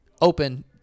open